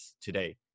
today